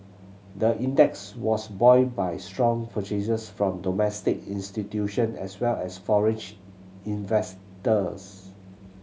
the index was buoyed by strong purchases from domestic institution as well as investors